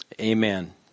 Amen